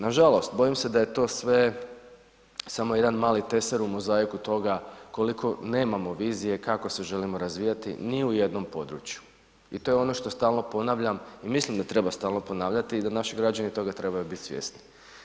Nažalost bojim se da je to sve samo jedan mali teser u mozaiku toga koliko nemamo vizije kako se želimo razvijati ni u jednom području i to je ono što stalno ponavljam i mislim da treba stalno ponavljati, da naši građani toga trebaju bit svjesni.